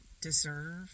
deserve